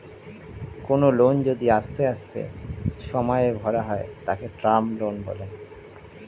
কোনো লোন যদি আস্তে আস্তে সময়ে ভরা হয় তাকে টার্ম লোন বলে